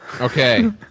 Okay